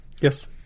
Yes